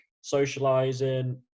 socializing